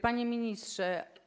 Panie Ministrze!